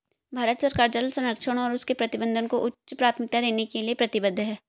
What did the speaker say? भारत सरकार जल संरक्षण और उसके प्रबंधन को उच्च प्राथमिकता देने के लिए प्रतिबद्ध है